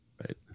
Right